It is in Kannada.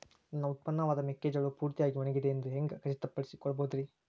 ನನ್ನ ಉತ್ಪನ್ನವಾದ ಮೆಕ್ಕೆಜೋಳವು ಪೂರ್ತಿಯಾಗಿ ಒಣಗಿದೆ ಎಂದು ಹ್ಯಾಂಗ ಖಚಿತ ಪಡಿಸಿಕೊಳ್ಳಬಹುದರೇ?